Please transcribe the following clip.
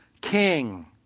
king